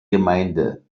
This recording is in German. gemeinde